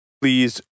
Please